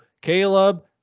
Caleb